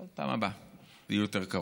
אבל בפעם הבאה יהיו יותר קרוב.